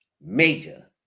major